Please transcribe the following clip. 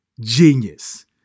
Genius